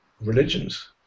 religions